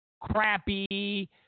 crappy